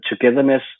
togetherness